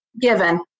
given